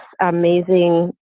amazing